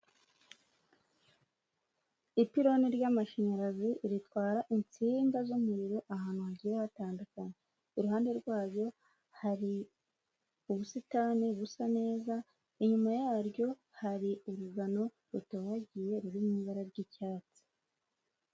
Ipiloni ry'amashanyarazi ritwara insinga z'umuriro ahantu hagiye hatandukanye, iruhande rwayo hari ubusitani busa neza inyuma yaryo hari urugano rutohagiye ruri mu ibara ry'icyatsi.